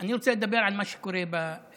אני רוצה לדבר על מה שקורה בנגב.